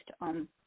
on